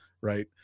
right